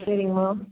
சரிங்மா